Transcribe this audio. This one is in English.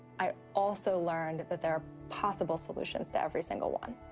i also learned that there are possible solutions to every single one,